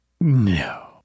No